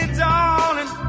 darling